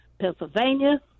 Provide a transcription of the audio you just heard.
pennsylvania